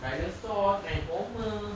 dinosaur transformer